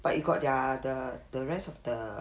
but you got their the the rest of the